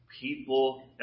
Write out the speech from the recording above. people